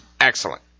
excellent